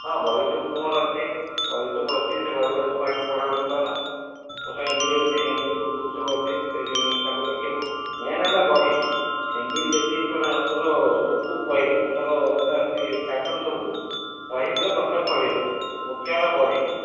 ହଁ ବହି ସବୁ ତୁମର ଅଛି ବହି ସବୁ ଅଛି ସେ ବହିଗୁଡ଼ା ସବୁ ଆଣିକି ପଢ଼ାପଢ଼ି କର ସେ ଏମ୍ ବି ଡ଼ି ଅଛି ଏମ୍ ବି ଡ଼ି ବୁକ୍ ଫୁକ୍ ସବୁ ଅଛି ତାକୁ ଦେଖିବୁ ମେନ୍ ହେଲା ବହି ଏମ୍ ବି ଡ଼ି ଯେତେ ଇମ୍ପୋଟାଣ୍ଟ୍ ତୋର ଯେଉଁ ବୁକ୍ ବହି ତୁମର ଯେଉଁଟା ଅଛି ପାର୍ଟନ୍ ସବୁ ବହିଗୁଡ଼ା ପ୍ରଥମେ ପଢ଼ିବୁ ମୁଖ୍ୟ ହେଲା ବହି